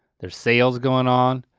there's sales going on.